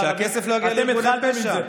אתם התחלתם עם זה,